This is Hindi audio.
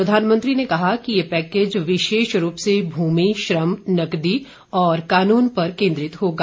प्रधानमंत्री ने कहा कि यह पैकेज विशेष रूप से भूमि श्रम नकदी और कानून पर केन्द्रित होगा